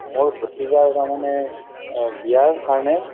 মোৰ ভতিজাৰ তাৰমানে বিয়াৰ কাৰণে